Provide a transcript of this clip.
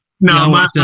No